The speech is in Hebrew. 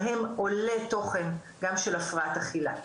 בהם עולה תוכן גם של הפרעת אכילה.